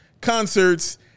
concerts